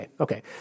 Okay